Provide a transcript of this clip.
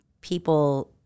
people